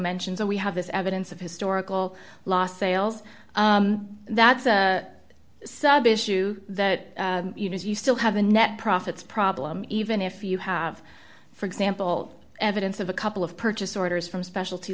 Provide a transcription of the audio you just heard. mentions and we have this evidence of historical lost sales that's a sub issue that is you still have a net profits problem even if you have for example evidence of a couple of purchase orders from specialty